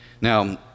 now